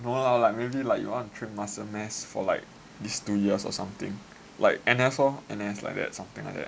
no lah like maybe like you want to train your muscle mass for like these two years or something like N_S loh N_S like that something like that